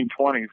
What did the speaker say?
1920s